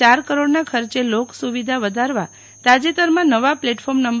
ચાર કરોડના ખર્ચે લોક સુવિધા વધારવા તાજેતરમાં નવાં પ્લેટફોર્મ નં